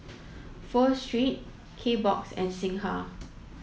Pho Street Kbox and Singha